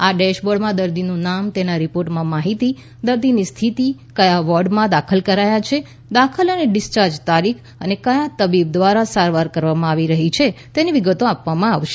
આ ડેશબોર્ડમાં દર્દીનું નામ તેના રિપોર્ટમાં માહિતી દર્દીની સ્થિતિ કયા વોર્ડમાં દાખલ કરાયા છે દાખલ અને ડિસ્યાર્જી તારીખ અને કથા તબીબ દ્વારા સારવાર કરવામાં આવી રહી છે તેની વિગત આપવામાં આવશે